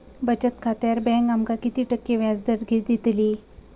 बचत खात्यार बँक आमका किती टक्के व्याजदर देतली?